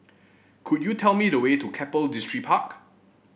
could you tell me the way to Keppel Distripark